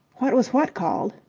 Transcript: what was what called?